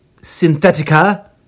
synthetica